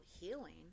healing